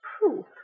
Proof